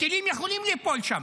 שטילים יכולים ליפול שם.